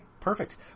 Perfect